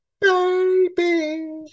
baby